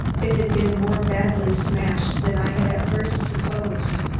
it had been more badly smashed than i had at first supposed.